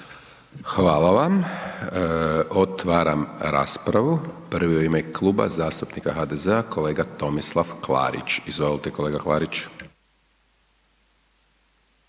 Hvala vam. Otvaram raspravu, prvi je u ime Kluba zastupnika HDZ-a kolega Tomislav Klarić, izvolite kolega Klarić.